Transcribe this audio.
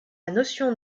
notion